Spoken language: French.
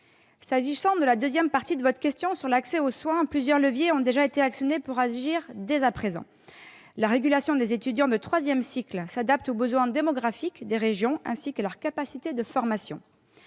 S'agissant de la deuxième partie de votre question portant sur l'accès aux soins, plusieurs leviers ont déjà été actionnés pour agir dès à présent. La régulation des étudiants de troisième cycle s'adapte aux besoins démographiques des régions et à leurs capacités de formation.